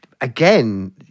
again